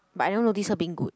but I never notice her being good